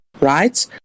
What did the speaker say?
right